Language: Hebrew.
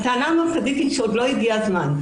הטענה המרכזית היא שעוד לא הגיע הזמן,